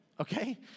okay